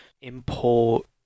import